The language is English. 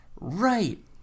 Right